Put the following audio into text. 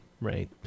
right